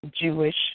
Jewish